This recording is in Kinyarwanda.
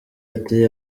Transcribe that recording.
ati